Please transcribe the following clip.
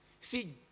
See